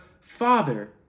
Father